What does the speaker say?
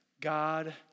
God